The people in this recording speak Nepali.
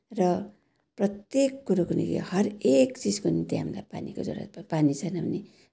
र प्रत्येक कुरोको लागि हरेक चिजको निम्ति हामीलाई पानीको जरुरत पर्छ पानी छैन भने